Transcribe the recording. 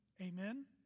Amen